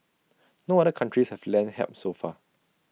no other countries have lent help so far